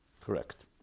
Correct